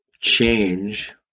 change